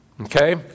Okay